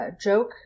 joke